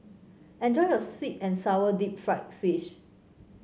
enjoy your sweet and sour Deep Fried Fish